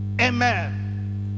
Amen